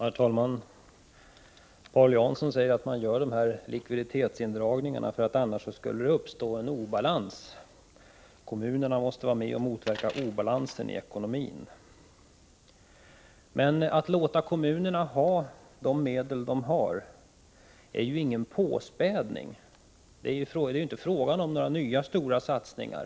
Herr talman! Paul Jansson säger att man gör dessa likviditetsindragningar därför att det annars skulle uppstå en obalans. Kommunerna måste vara med och motverka obalansen i ekonomin, säger man. Men att låta kommunerna ha de medel som de har är ju ingen påspädning. Det är inte fråga om några nya stora satsningar.